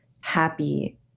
happy